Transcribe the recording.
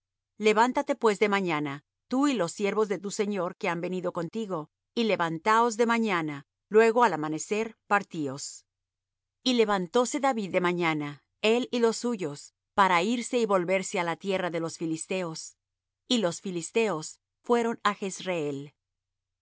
levántate pues de mañana tú y los siervos de tu señor que han venido contigo y levantándoos de mañana luego al amanecer partíos y levantóse david de mañana él y los suyos para irse y volverse á la tierra de los filisteos y los filisteos fueron á